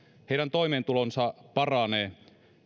heidän toimeentulonsa paranee